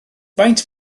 faint